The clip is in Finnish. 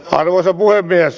arvoisa puhemies